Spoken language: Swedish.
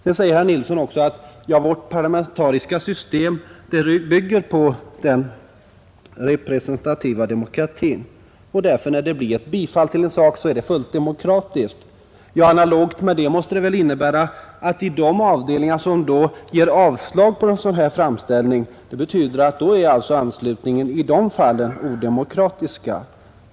Herr Nilsson i Kalmar säger också att vårt parlamentariska system bygger på den representativa demokratin och att ett bifall till en anslutning därmed är ett fullt demokratiskt beslut. Ja, analogt med detta måste man väl säga att när avdelningar avslår en sådan framställning är en kollektivanslutning odemokratisk.